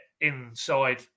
inside